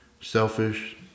selfish